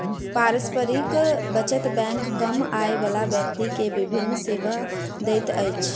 पारस्परिक बचत बैंक कम आय बला व्यक्ति के विभिन सेवा दैत अछि